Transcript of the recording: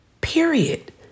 period